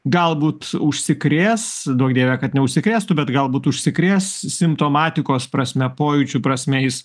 galbūt užsikrės duok dieve kad neužsikrėstų bet galbūt užsikrės simptomatikos prasme pojūčių prasme jis